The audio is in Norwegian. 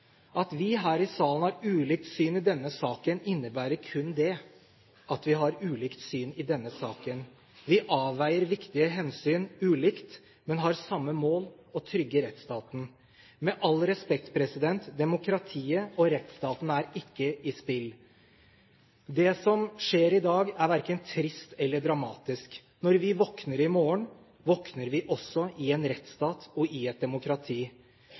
At vi her i salen har ulikt syn i denne saken, innebærer kun det: at vi har ulikt syn i denne saken. Vi avveier viktige hensyn ulikt, men har samme mål: å trygge rettsstaten. Med all respekt, demokratiet og rettsstaten er ikke i spill. Det som skjer i dag, er verken trist eller dramatisk. Når vi våkner i morgen, våkner vi også i en rettsstat og i et demokrati.